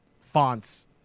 fonts